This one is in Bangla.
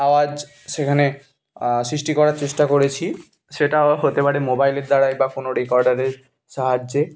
আওয়াজ সেখানে সৃষ্টি করার চেষ্টা করেছি সেটাও হতে পারে মোবাইলের দ্বারাই বা কোনো রেকর্ডারের সাহায্যে